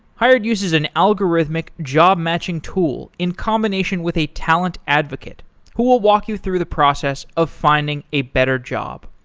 hired uses an algorithmic job-matching tool in combination with a talent advocate who will walk you through the process of finding a better job.